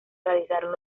realizaron